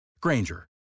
Granger